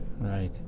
Right